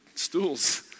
stools